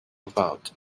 about